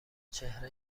چهره